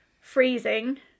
freezing